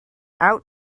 out